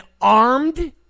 armed